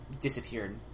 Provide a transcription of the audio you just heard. disappeared